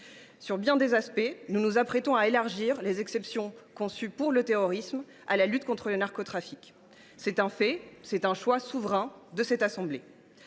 Sur bien des aspects, nous nous apprêtons à élargir les exceptions conçues pour le terrorisme à la lutte contre le narcotrafic. C’est un fait. Tel est le choix, souverain, de cette assemblée.